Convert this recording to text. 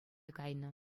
кайнӑ